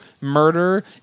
murder